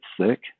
sick